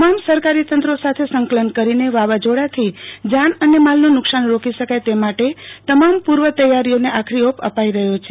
તમામ સરકારી ત ત્રો સાથે સંકલન કરીને વાવાઝોડાથી જાન અને માલનું નુકશાન રોકી શકાય તે માટે તમામ પૂર્વ તૈયારો ઓન આખરી ઓપ અપાઈ રહયો છે